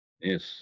Yes